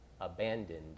abandoned